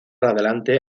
adelante